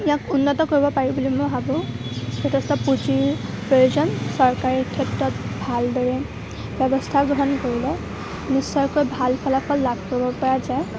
ইয়াক উন্নত কৰিব পাৰি বুলি মই ভাবোঁ যথেষ্ট পুঁজিৰ প্ৰয়োজন চৰকাৰী ক্ষেত্ৰত ভালদৰে ব্যৱস্থা গ্ৰহণ কৰিলে নিশ্চয়কৈ ভাল ফলাফল লাভ কৰিব পৰা যায়